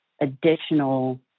additional